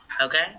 okay